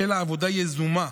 החלה עבודה יזומה